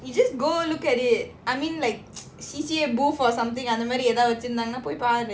you just go look at it I mean like C_C_A booth or something ah அந்தமாதிரிஏதாவதுவச்சிருந்தாங்கனாபொய்பாரு:andha madhiri edhavathu vachirunthangana poi paru